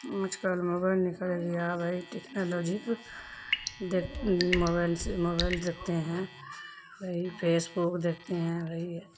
آج کل موبائل نکل گیا بھئی ٹیکنالوجی دیکھ موبائل سے موبائل دیکھتے ہیں بھئی فیس بک دیکھتے ہیں بھئی